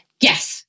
Yes